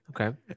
Okay